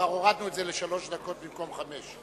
כבר הורדנו את זה לשלוש דקות במקום חמש.